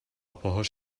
پاهاش